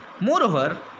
Moreover